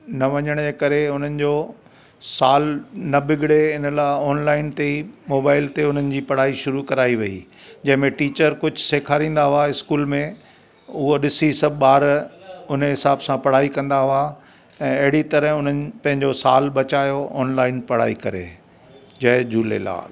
न वञण जे करे उन्हनि जो सालु न बिगिड़े इन लाइ ऑनलाइन ते मोबाइल ते उन्हनि जी पढ़ाई शुरू कराई वई जंहिं में टीचर कुझु सेखारींदा हुआ स्कूल में उहो ॾिसी सभु ॿार उन जे हिसाब सां पढ़ाई कंदा हुआ ऐं अहिड़ी तरह पंहिंजो सालु बचायो ऑनलाइन पढ़ाई करे जय झूलेलाल